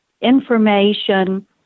information